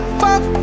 fuck